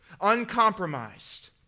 uncompromised